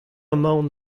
emaon